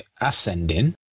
ascending